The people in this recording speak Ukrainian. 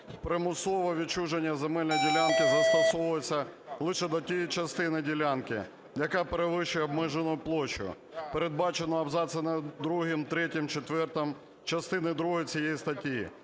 Примусове відчуження земельної ділянки застосовується лише до тієї частини ділянки, яка перевищує обмежену площу, передбачену абзацами другим, третім, четвертим частини другої цієї статті".